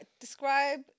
describe